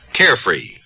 carefree